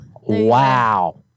Wow